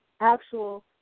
actual